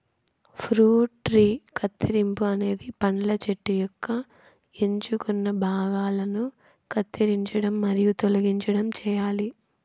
fruit tree కత్తిరింపు అనేది పండ్ల చెట్టు యొక్క ఎంచుకున్న భాగాలను కత్తిరించడం మరియు తొలగించడం చేయాలి